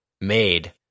made